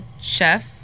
chef